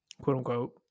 quote-unquote